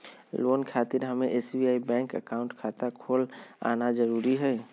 Loan खातिर हमें SBI bank account खाता खोल आना जरूरी है?